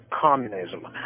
communism